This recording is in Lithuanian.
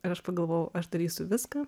ir aš pagalvojau aš darysiu viską